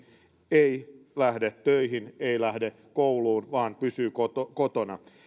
ei lähde töihin ei lähde kouluun vaan pysyy kotona kotona